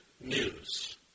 News